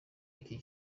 iki